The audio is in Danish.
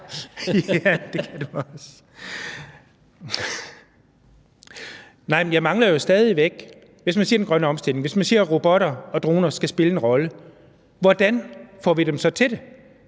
Tak for det. Hvis man siger, at robotter og droner skal spille en rolle, hvordan får vi dem så til det?